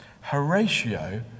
Horatio